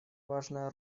важная